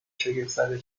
شگفتزده